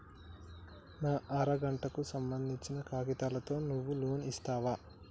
నా అర గంటకు సంబందించిన కాగితాలతో నువ్వు లోన్ ఇస్తవా?